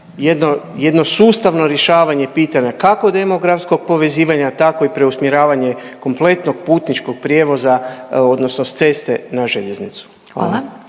jedno sustavno rješavanje pitanja, kako demografskog povezivanja, tako i preusmjeravanje kompletnog putničkog prijevoza odnosno s ceste na željeznicu.